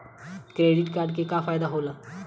Credit card के का फायदा होला?